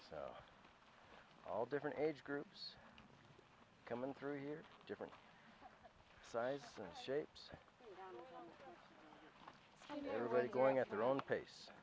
all different age groups coming through here different sites and shapes everybody going at their own pace